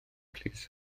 plîs